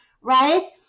right